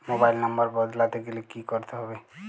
Mobile number বদলাতে গেলে কি করতে হবে?